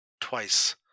twice